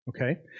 Okay